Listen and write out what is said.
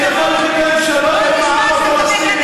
שיכול להיות יותר שלום עם העם הפלסטיני?